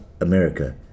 America